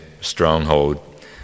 stronghold